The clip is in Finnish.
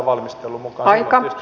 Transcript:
voitteko tarkentaa